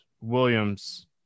Williams